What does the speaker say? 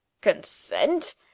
consent